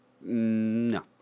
No